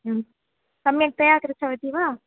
सम्यक्तया कृतवती वा